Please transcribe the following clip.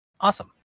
Awesome